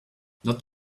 not